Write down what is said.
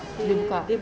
they buka